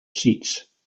seats